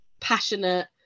passionate